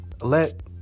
let